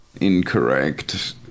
Incorrect